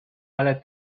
ale